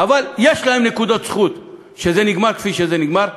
אבל יש להם נקודות זכות שזה נגמר כפי שזה נגמר.